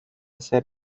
ser